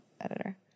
editor